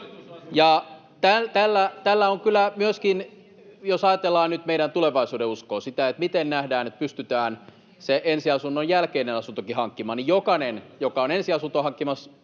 Tällä on kyllä myöskin... Jos ajatellaan nyt meidän tulevaisuudenuskoa, sitä, miten nähdään, että pystytään se ensiasunnon jälkeinen asuntokin hankkimaan, niin jokainen, joka on ensiasuntoa hankkimassa,